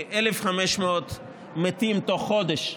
כ-1,500 מתים בתוך חודש,